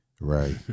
Right